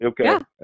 Okay